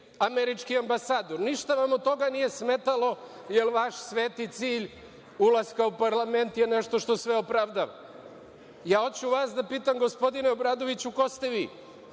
američki ambasador. Ništa vam od toga nije smetalo, jer vaš sveti cilj ulaska u parlament je nešto što sve opravdava. Ja hoću vas da pitam gospodine Obradoviću, ko ste vi?